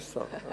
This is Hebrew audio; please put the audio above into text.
יש לנו.